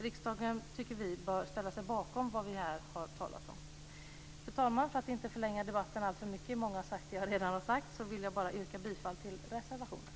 Riksdagen, tycker vi, bör ställa sig bakom vad vi här har talat om. Fru talman! För att inte förlänga debatten alltför mycket - många har sagt det jag redan har sagt - vill jag bara yrka bifall till reservationen.